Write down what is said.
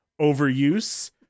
overuse